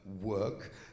work